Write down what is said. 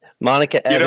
Monica